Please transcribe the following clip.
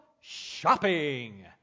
shopping